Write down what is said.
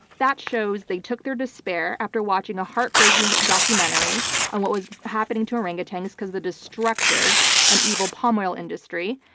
that shows they took their despair after watching a heartbreaking documentary on what was happening to orangutans because of the destructive and evil palm oil industry,